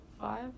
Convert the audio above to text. five